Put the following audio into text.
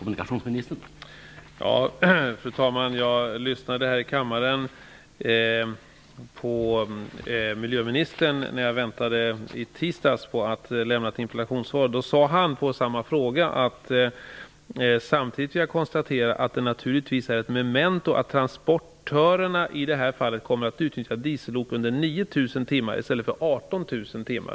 Herr talman! Jag lyssnade på miljöministern här i kammaren i fredags, och han sade då i en interpellationsdebatt i samma ärende: ''Samtidigt vill jag konstatera att det naturligtvis är ett memento att transportörerna i det här fallet kommer att utnyttja diesellok under 9 000 timmar i stället för under 18 000 timmar --.''